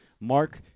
Mark